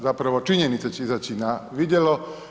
Zapravo, činjenica će izaći na vidjelo.